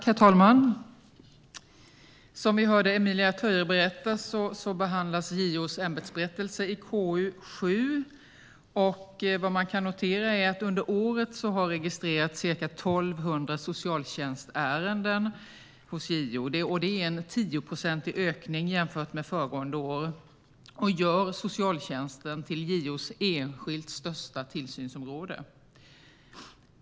Herr talman! Som vi hörde Emilia Töyrä berätta behandlas JO:s ämbetsberättelse i betänkande KU7. Under året har ca 1 200 socialtjänstärenden registrerats hos JO. Det är en tioprocentig ökning jämfört med föregående år och gör socialtjänsten till JO:s enskilt största tillsynsområde.